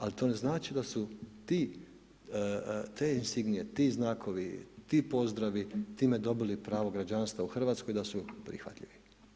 Ali, to ne znači da su te insignije, ti znakovi, ti pozdravi time dobili pravo građanstva u Hrvatskoj i da su prihvatljivi.